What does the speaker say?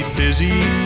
dizzy